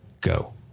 Go